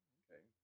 okay